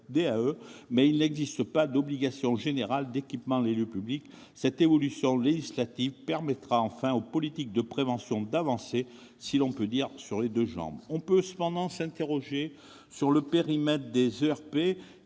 mais il n'existe pas d'obligation générale d'équipement des lieux publics. Cette évolution législative permettra enfin aux politiques de prévention d'avancer, si l'on peut dire, sur les deux jambes. On peut cependant s'interroger sur le périmètre des ERP